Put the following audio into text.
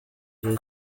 gihe